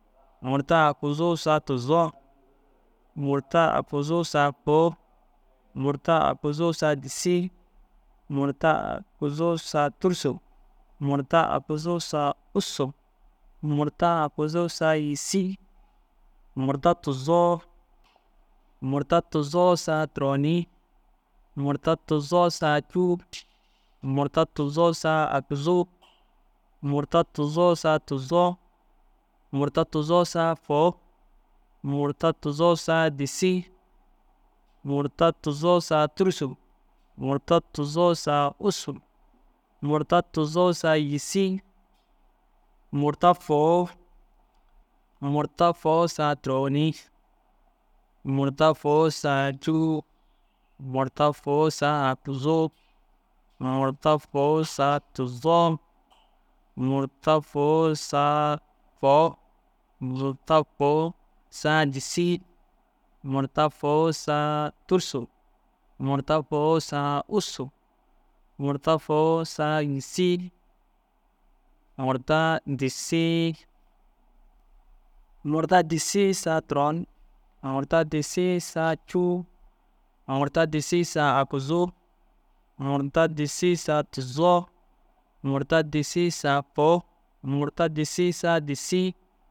Murta, aguzuu, saa, tuzoo, murta, aguzuu, saa, fôu, murta, aguzuu, saa, dissi, murta, aguzuu, saa, tûrusu, murta, aguzuu, saa ûssu, murta, aguzuu, saa, yîssi, murta, tuzoo. Murta, tuzoo, saa, turoni, murta, tuzoo, saa, cûu, murta, tuzoo, saa, aguzuu, murta, tuzoo, saa, tuzoo, murta, tuzoo, saa, fôu, murta, tuzoo, saa, dissi, murta, tuzoo, saa, tûrusu, murta, tuzoo, saa, ûssu, murta, tuzoo, saa, yîssi, murta, fôu. Murta, fôu, saa, turoni, murta, fôu, saa, cûu, murta, fôu, saa, aguzuu, murta, fôu, saa, tuzoo, murta, fôu, saa, fôu, murta, fôu, saa, dissi, murta, fôu, saa, tûrusu, murta, fôu, saa, ûssu, murta, fôu, saa, yîssi, murta, dissi. Murta, dissi, saa, turon, murta, dissi, saa, cûu, murta, dissi, saa, aguzuu, murta, dissi, saa, tuzoo, murta, dissi, saa, fôu, murta, dissi, saa, dissi.